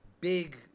big